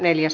asia